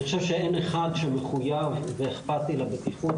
אני חושב שאין אחד שמחוייב ואכפתי לבטיחות